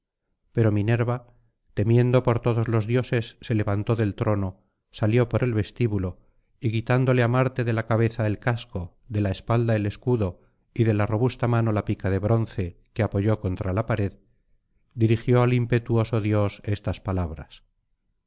pero minen'a temiendo por todos los dioses se levantó del trono salió por el vestíbulo y quitándole á marte de la cabeza el casco de la espalda el escudo y de la robusta mano la pica de bronce que apoyó contra la pared dirigió al impetuoso dios estas palabras